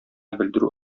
белдерү